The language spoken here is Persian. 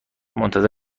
منتظر